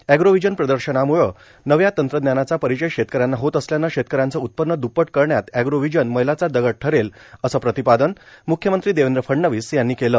एग्रोव्हीजन प्रदर्शनामुळे नव्या तंत्रज्ञानाचा परिचय शेतक यांना होत असल्यानं शेतक यांचं उत्पन्न द्रप्पट करण्यात एग्रोव्हीजन मैलाचा दगड ठरेल असं प्रतिपादन मुख्यमंत्री देवेंद्र फडणवीस यांनी केलं